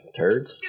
Turds